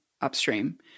upstream